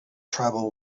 tribal